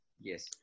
Yes